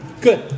Good